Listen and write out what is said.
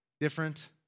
different